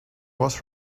was